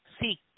seek